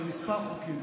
זה כמה חוקים,